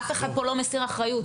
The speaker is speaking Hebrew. אף אחד פה לא מסיר אחריות,